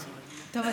שלום.